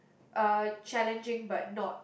uh challenging but not